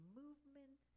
movement